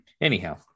Anyhow